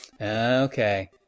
Okay